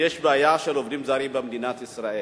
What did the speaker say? שיש בעיה של עובדים זרים במדינת ישראל,